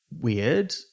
weird